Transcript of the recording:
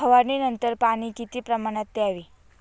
फवारणीनंतर पाणी किती प्रमाणात द्यावे?